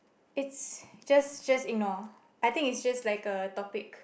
it's just just ignore I think it's just like a topic